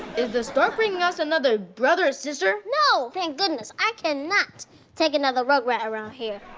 is the stork bringing us another brother or a sister? no! thank goodness, i cannot take another rugrat around here.